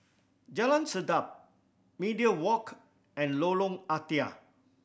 Jalan Sedap Media Walk and Lorong Ah Thia